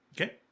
okay